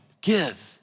give